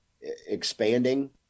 expanding